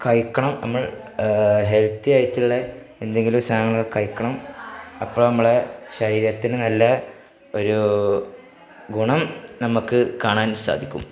കഴിക്കണം നമ്മൾ ഹെൽത്തിയായിട്ടുള്ള എന്തെങ്കിലും സാധനങ്ങളൊക്കെ കഴിക്കണം അപ്പോള് നമ്മളെ ശരീരത്തിന് നല്ല ഒരു ഗുണം നമുക്ക് കാണാൻ സാധിക്കും